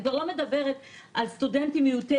אני כבר לא מדברת על סטודנטים מעוטי